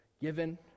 given